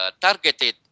Targeted